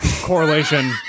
correlation